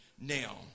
Now